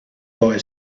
boy